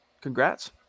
Congrats